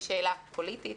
היא שאלה פוליטית,